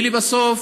ולבסוף,